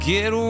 Get